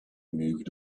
moved